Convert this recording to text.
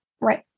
right